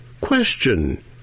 Question